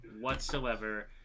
whatsoever